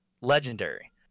legendary